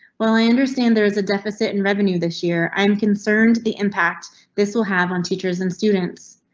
while i understand there is a deficit in revenue this year, i'm concerned the impact this will have on teachers and students.